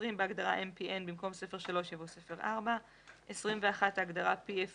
בהגדרה MPN במקום "ספר 3" יבוא "ספר 4". ההגדרה PUF